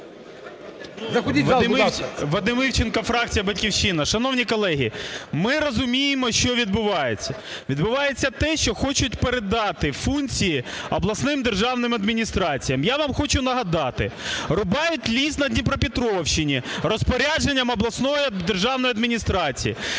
Вадим Івченко фракція "Батьківщина". Шановні колеги, ми розуміємо, що відбувається. Відбувається те, що хочуть передати функції обласним державним адміністраціям. Я вам хочу нагадати, рубають ліс на Дніпропетровщині розпорядженням обласної державної адміністрації.